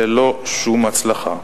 בלא שום הצלחה.